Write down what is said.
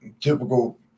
typical